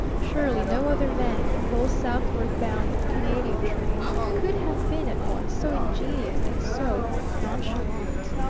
surely no other man in the whole southward-bound canadian train could have been at once so ingenuous and so nonchalant.